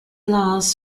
laws